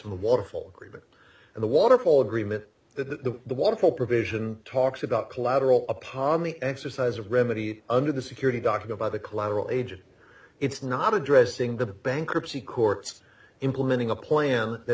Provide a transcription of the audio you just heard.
waterfall agreement and the waterfall agreement that the the waterfall provision talks about collateral upon the exercise of remedy under the security got to go by the collateral agent it's not addressing the bankruptcy courts implementing a plan that